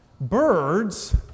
Birds